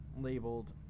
labeled